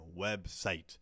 website